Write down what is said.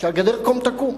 שהגדר קום תקום.